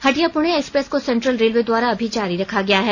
Hatia Purnea express को central railway द्वारा अभी जारी रखा गया है